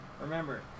Remember